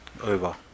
Over